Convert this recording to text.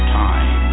time